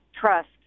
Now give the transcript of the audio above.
trust